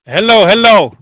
hello hello